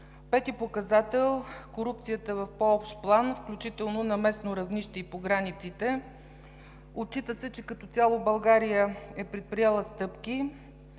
Пети показател: „Корупцията в по-общ план, включително на местно равнище и по границите“. Отчита се, че като цяло България е предприела стъпки.